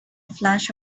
flash